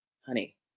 Honey